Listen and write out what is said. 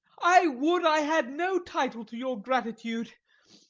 i would i had no title to your gratitude!